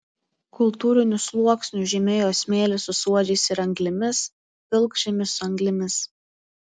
kultūrinius sluoksnius žymėjo smėlis su suodžiais ir anglimis pilkžemis su anglimis